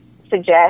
suggest